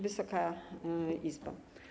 Wysoka Izbo!